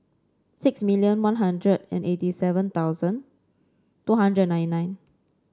six million One Hundred and eighty seven thousand two hundred and nine nine